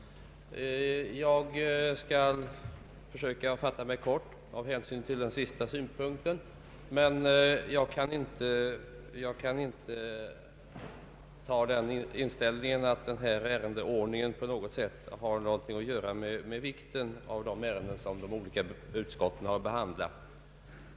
Jag skall försöka fatta mig kort med hänsyn till den sista synpunkten, men jag kan inte ha den inställningen att denna ordning för ärendenas behandling på något sätt har att göra med den vikt de ärenden har som de olika utskotten behandlat.